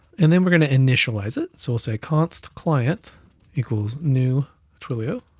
and then we're gonna initialize it. so we'll say const client equals new twilio,